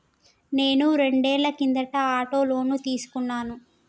నేను రెండేళ్ల కిందట ఆటో లోను తీసుకున్నాను